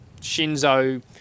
Shinzo